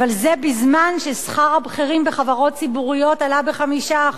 אבל זה בזמן ששכר הבכירים בחברות ציבוריות עלה ב-5%,